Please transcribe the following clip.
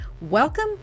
welcome